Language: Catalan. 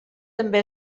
també